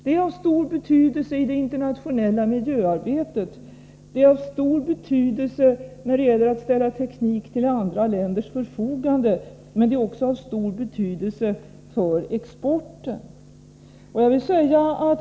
Det är av stor betydelse i det internationella miljöarbetet, det är av stor betydelse när det gäller att ställa teknik till andra länders förfogande, och det är också av stor betydelse för exporten.